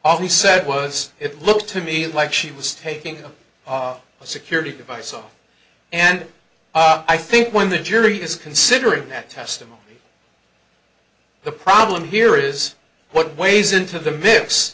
all he said was it looked to me like she was taking a security device off and i think when the jury is considering that testimony the problem here is what weighs into the